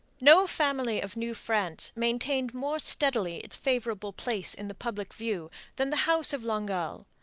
no family of new france maintained more steadily its favourable place in the public view than the house of longueuil.